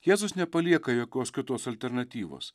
jėzus nepalieka jokios kitos alternatyvos